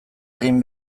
egin